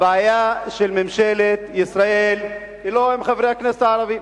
הבעיה של ממשלת ישראל היא לא עם חברי הכנסת הערבים.